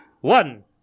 One